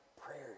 prayers